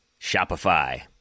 Shopify